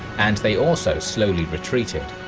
and they also slowly retreated.